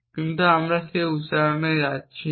কিন্তু আমরা সেই উচ্চারণে যাচ্ছি না